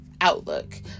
outlook